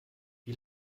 wie